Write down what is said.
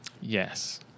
Yes